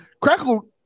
Crackle